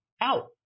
out